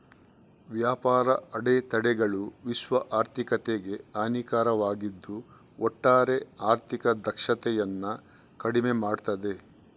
ವ್ಯಾಪಾರ ಅಡೆತಡೆಗಳು ವಿಶ್ವ ಆರ್ಥಿಕತೆಗೆ ಹಾನಿಕಾರಕವಾಗಿದ್ದು ಒಟ್ಟಾರೆ ಆರ್ಥಿಕ ದಕ್ಷತೆಯನ್ನ ಕಡಿಮೆ ಮಾಡ್ತದೆ